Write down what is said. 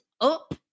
up